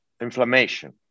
inflammation